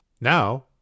Now